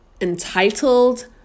entitled